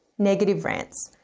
negative rants.